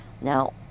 Now